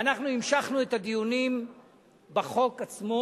ואנחנו המשכנו את הדיונים בחוק עצמו,